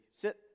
sit